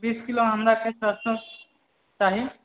बीस किलो हमराके सरिसो चाही